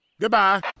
Goodbye